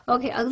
Okay